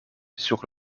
sur